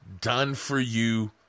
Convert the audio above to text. done-for-you